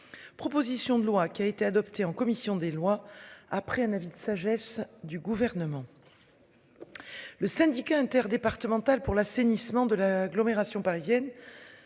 Proposition de loi qui a été adopté en commission des lois après un avis de sagesse du gouvernement. Le Syndicat interdépartemental pour l'assainissement de l'agglomération parisienne.